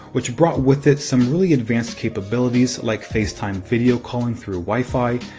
which brought with it some really advanced capabilities like facetime video calling through wifi,